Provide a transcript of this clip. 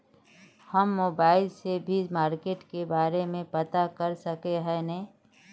हम मोबाईल से भी मार्केट के बारे में पता कर सके है नय?